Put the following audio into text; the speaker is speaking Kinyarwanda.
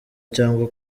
cyangwa